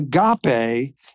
agape